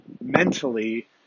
mentally